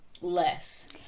less